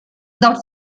del